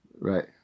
Right